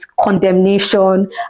condemnation